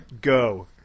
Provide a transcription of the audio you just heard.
Go